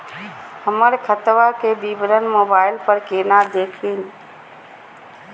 हमर खतवा के विवरण मोबाईल पर केना देखिन?